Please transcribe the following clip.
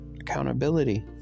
accountability